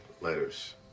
letters